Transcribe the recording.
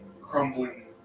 crumbling